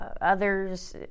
others